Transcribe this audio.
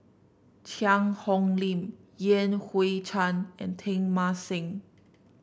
Cheang Hong Lim Yan Hui Chang and Teng Mah Seng